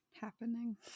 happening